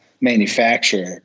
manufacturer